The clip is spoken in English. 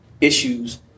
issues